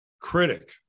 critic